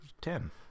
ten